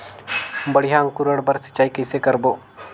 बढ़िया अंकुरण बर सिंचाई कइसे करबो?